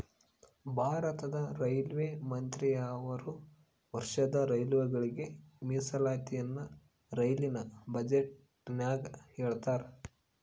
ಭಾರತದ ರೈಲ್ವೆ ಮಂತ್ರಿಯವರು ವರ್ಷದ ರೈಲುಗಳಿಗೆ ಮೀಸಲಾತಿಯನ್ನ ರೈಲಿನ ಬಜೆಟಿನಗ ಹೇಳ್ತಾರಾ